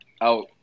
out